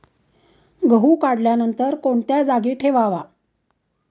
गहू काढल्यानंतर कोणत्या जागी ठेवावा?